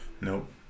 Nope